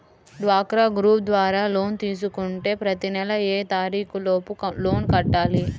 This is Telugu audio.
డ్వాక్రా గ్రూప్ ద్వారా లోన్ తీసుకుంటే ప్రతి నెల ఏ తారీకు లోపు లోన్ కట్టాలి?